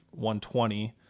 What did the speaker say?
120